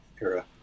era